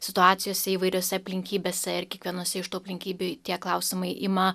situacijose įvairiose aplinkybėse ir kiekvienose iš tų aplinkybių tie klausimai ima